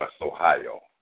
Ohio